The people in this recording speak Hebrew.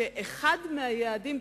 כאחד מהיעדים,